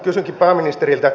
kysynkin pääministeriltä